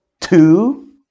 two